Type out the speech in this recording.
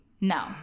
No